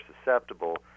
susceptible